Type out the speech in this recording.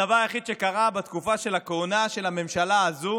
הדבר היחיד שקרה בתקופה של הכהונה של הממשלה הזאת